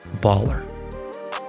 baller